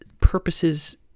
purposes